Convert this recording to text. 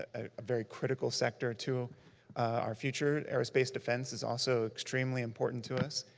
a very critical sector to our future. aerospace defense is also extremely important to us.